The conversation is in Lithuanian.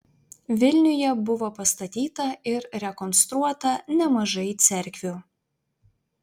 vilniuje buvo pastatyta ir rekonstruota nemažai cerkvių